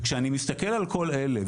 וכשאני מסתכל על כל אלה,